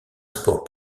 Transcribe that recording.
sport